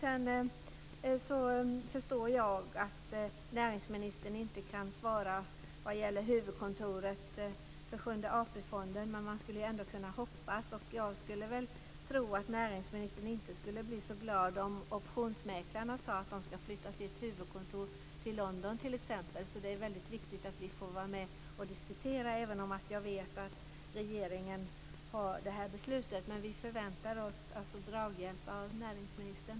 Sedan förstår jag att näringsministern inte kan svara vad gäller huvudkontoret för sjunde AP-fonden. Men man skulle ändå kunna hoppas. Jag skulle väl tro att näringsministern inte skulle bli så glad om optionsmäklarna sade att de ska flytta sitt huvudkontor till t.ex. London. Det är viktigt att vi får vara med och diskutera, även om jag vet att regeringen har det här beslutet. Men vi förväntar oss draghjälp av näringsministern.